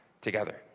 together